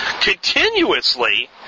continuously